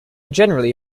generally